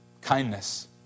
Kindness